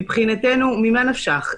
ממה נפשך?